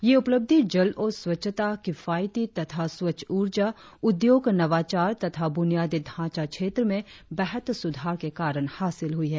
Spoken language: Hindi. यह उपलब्धि जल और स्वच्छता किफायती तथा स्वच्छ ऊर्जा उद्योग नवाचार तथा बुनियादी ढांचा क्षेत्र में बेहतर सुधार के कारण हासिल हुई है